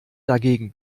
dagegen